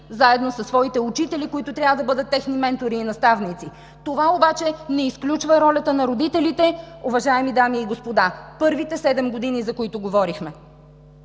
заедно със своите учители, които трябва да бъдат техни ментори и наставници. Това обаче не изключва ролята на родителите, уважаеми дами и господа – първите седем години, за които говорихме.